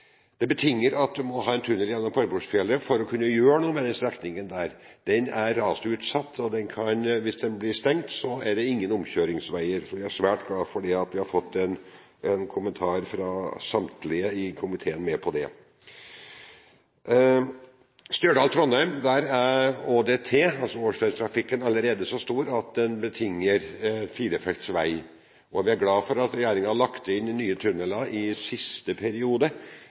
det betinger at man må ha en tunnel gjennom Forbordfjellet for å gjøre noe med den strekningen. Den er rasutsatt, og hvis den blir stengt, er det ingen omkjøringsveier. Så vi er svært glad for at vi har fått en merknad fra flertallet i komiteen om at man er med på det. Når det gjelder Stjørdal–Trondheim er årsdøgnstrafikken allerede så stor at dette betinger firefelts vei. Vi er glad for at regjeringen har lagt inn nye tunneler i siste periode